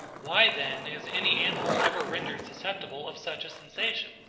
why then is any animal ever rendered susceptible of such a sensation?